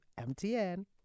MTN